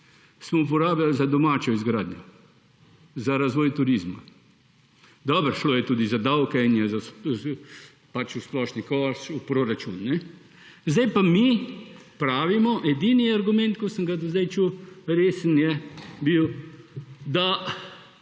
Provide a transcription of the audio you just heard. smo porabljali za domačo izgradnjo, za razvoj turizma. Dobro, šlo je tudi za davke in v splošni koš, v proračun. Zdaj pa mi pravimo, edini resen argument, ki sem ga do zdaj slišal, je bil, da